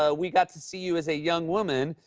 ah we got to see you as a young woman.